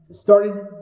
started